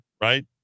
right